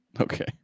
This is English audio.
Okay